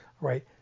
right